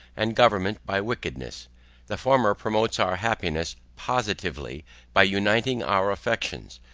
and government by wickedness the former promotes our happiness positively by uniting our affections,